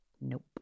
nope